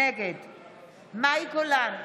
נגד מאי גולן,